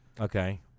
Okay